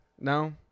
No